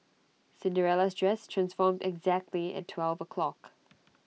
Cinderella's dress transformed exactly at twelve o'clock